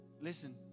listen